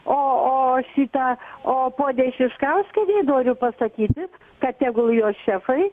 o o šitą o poniai šeškauskienei noriu pasakyti kad tegul jos šefai